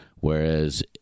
Whereas